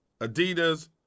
Adidas